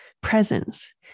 presence